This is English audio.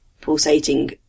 pulsating